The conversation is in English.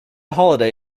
holiday